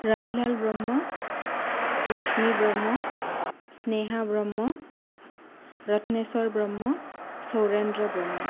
Rabilal Brahma Lakshmi Brahma Sneha Brahma Ratneswar Brahma Saurendra' Brahma